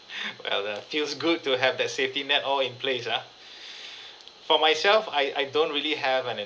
well uh feels good to have that safety net all in place ah for myself I I don't really have an